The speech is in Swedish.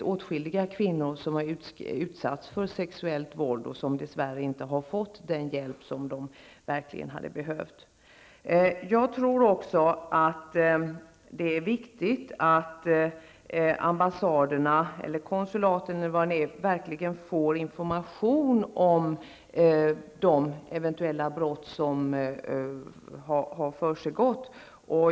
Åtskilliga kvinnor har utsatts för sexuellt våld och dess värre inte fått den hjälp som de verkligen hade behövt. Detta har uppmärksammats framför allt i massmedia på sistone. Jag tror också att det är viktigt att ambassaderna eller konsulten får information om de eventuella brott som har begåtts.